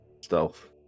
Stealth